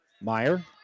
Meyer